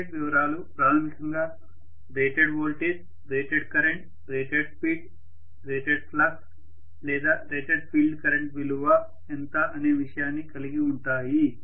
name plate వివరాలు ప్రాథమికంగా rated voltage rated current rated speed rated flux లేదా rated field current విలువ ఎంత అనే విషయాన్ని కలిగి ఉంటాయి